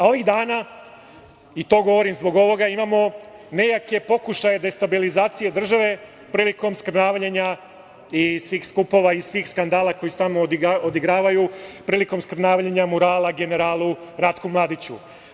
Ovih dana, i to govorim zbog ovoga imamo nejake pokušaje destabilizacije države prilikom skrnavljenja i svih skupova i svih skandala koji stanu, odigravaju, prilikom skrnavljenja murala generalu Ratku Mladiću.